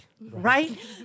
right